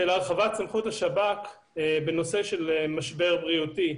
הרחבת סמכות השב"כ לנושא של משבר בריאותי,